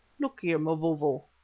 look here, mavovo,